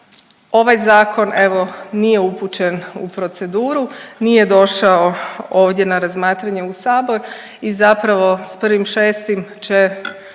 ovaj zakon evo nije upućen u proceduru, nije došao ovdje na razmatranje u sabor i zapravo s 1.06. će